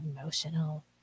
emotional